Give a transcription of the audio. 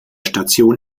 station